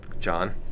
John